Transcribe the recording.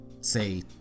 say